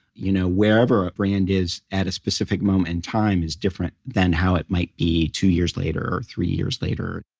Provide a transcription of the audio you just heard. you know wherever a brand is at a specific moment in time is different than how it might be two years later or three years later